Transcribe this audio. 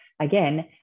again